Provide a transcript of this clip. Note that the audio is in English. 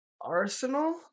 Arsenal